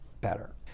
better